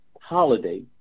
holiday